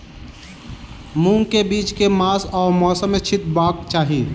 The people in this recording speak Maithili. मूंग केँ बीज केँ मास आ मौसम मे छिटबाक चाहि?